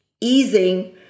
easing